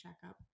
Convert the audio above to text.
checkup